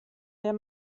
der